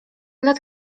lat